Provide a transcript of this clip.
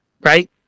right